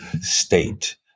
state